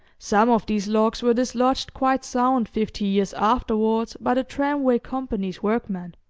some of these logs were dislodged quite sound fifty years afterwards by the tramway company's workmen.